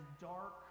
dark